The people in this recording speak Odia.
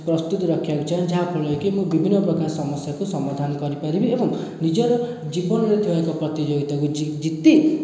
ପ୍ରସ୍ତୁତ ରଖିବାକୁ ଚାହେଁ ଯାହାଫଳରେ କି ମୁଁ ବିଭିନ୍ନ ପ୍ରକାର ସମସ୍ୟାକୁ ସମାଧାନ କରିପାରିବି ଏବଂ ନିଜର ଜୀବନରେ ଥିବା ଏକ ପ୍ରତିଯୋଗିତାକୁ ଜିତି